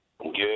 Good